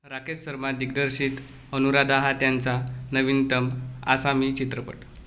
राकेश सरमा दिग्दर्शित अनुराधा हा त्यांचा नवीनतम आसामी चित्रपट